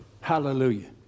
Hallelujah